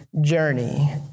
journey